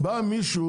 בא מישהו